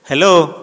hello